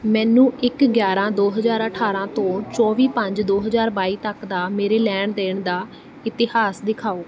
ਮੈਨੂੰ ਇੱਕ ਗਿਆਰ੍ਹਾਂ ਦੋ ਹਜ਼ਾਰ ਅਠਾਰ੍ਹਾਂ ਤੋਂ ਚੌਵੀ ਪੰਜ ਦੋ ਹਜ਼ਾਰ ਬਾਈ ਤੱਕ ਦਾ ਮੇਰੇ ਲੈਣ ਦੇਣ ਦਾ ਇਤਿਹਾਸ ਦਿਖਾਓ